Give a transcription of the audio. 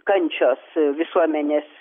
kančios visuomenės